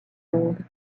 monde